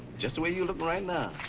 just the way you look right now.